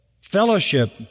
fellowship